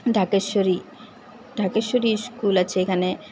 Dhakeshwari Dhakeshwari school আছে এখানে